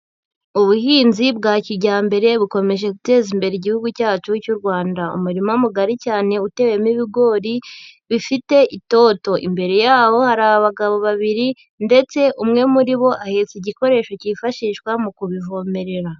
Ubuhinzi bwa kijyambere bukomeje guteza imbere Igihugu cyacu cy'u Rwanda, umurima mugari cyane utewemo ibigori bifite itoto, imbere yaho hari abagabo babiri ndetse umwe muri bo ahetse igikoresho cyifashishwa mu kubivomerera.